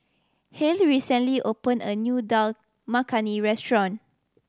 Hale recently opened a new Dal Makhani Restaurant